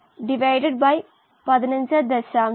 അതുകൊണ്ടാണ് നമുക്കു താല്പര്യം